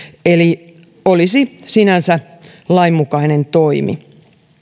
eli olisi sinänsä lainmukainen toimi